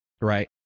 Right